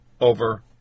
over